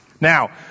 Now